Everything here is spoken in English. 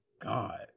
god